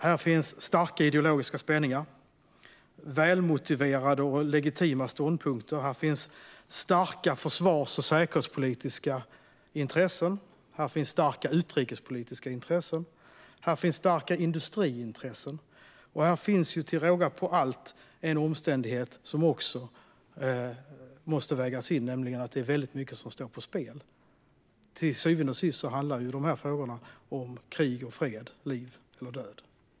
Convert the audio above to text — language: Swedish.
Här finns starka ideologiska spänningar, välmotiverade och legitima ståndpunkter, starka försvars och säkerhetspolitiska intressen, starka utrikespolitiska intressen och starka industriintressen. Här finns till råga på allt en omständighet som också måste vägas in, nämligen att det är väldigt mycket som står på spel. Till syvende och sist handlar de här frågorna om krig och fred, liv och död.